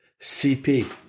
CP